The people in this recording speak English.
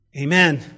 Amen